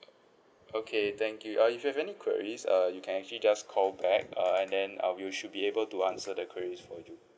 okay thank you uh if you have any queries uh you can actually just call back uh and then uh we'll should be able to answer the queries for you